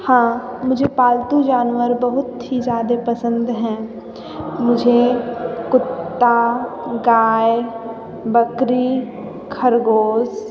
हाँ मुझे पालतू जानवर बहुत ही ज़्यादा पसंद हैं मुझे कुत्ता गाय बकरी खरगोश